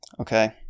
okay